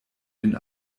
den